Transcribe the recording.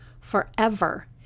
forever